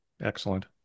Excellent